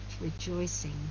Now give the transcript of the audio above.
rejoicing